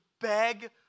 beg